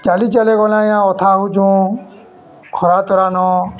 ଚାଲି ଚାଲି ଗଲେ ଆଜ୍ଞା ଅଥା ହଉଚୁଁ ଖରା ତରାନ